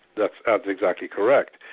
that's and exactly correct.